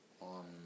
on